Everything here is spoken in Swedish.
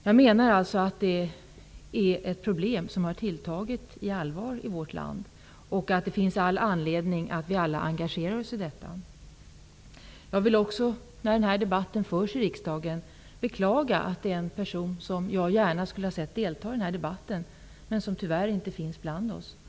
Jag menar alltså att detta är ett problem som har tilltagit i allvar i vårt land och att det finns all anledning att vi alla engagerar oss i detta. Jag vill också, när nu den här debatten förs i riksdagen, beklaga att den person som jag gärna hade sett delta i den här debatten tyvärr inte längre finns bland oss.